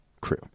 crew